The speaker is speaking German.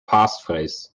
passphrase